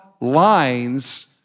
lines